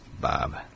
Bob